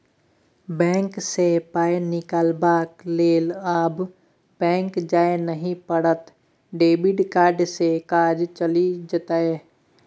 bank सँ पाय निकलाबक लेल आब बैक जाय नहि पड़त डेबिट कार्डे सँ काज चलि जाएत